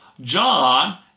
John